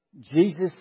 Jesus